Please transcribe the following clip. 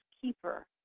keeper